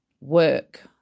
work